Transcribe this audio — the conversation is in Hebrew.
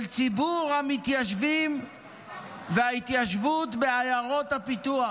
ציבור המתיישבים וההתיישבות בעיירות הפיתוח.